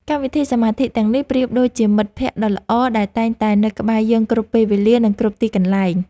កម្មវិធីសមាធិទាំងនេះប្រៀបដូចជាមិត្តភក្តិដ៏ល្អដែលតែងតែនៅក្បែរយើងគ្រប់ពេលវេលា និង គ្រប់ទីកន្លែង។